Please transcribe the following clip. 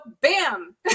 bam